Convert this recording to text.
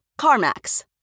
CarMax